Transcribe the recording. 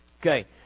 Okay